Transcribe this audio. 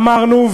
אמרנו,